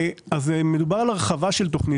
מדובר על הרחבה של תוכנית.